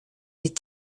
est